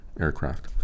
aircraft